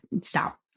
stop